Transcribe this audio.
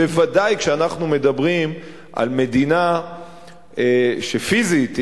בוודאי כשאנחנו מדברים על מדינה שפיזית היא